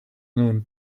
known